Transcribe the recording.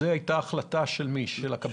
זו הייתה החלטה של מי, של הקבינט?